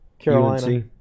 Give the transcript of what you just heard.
Carolina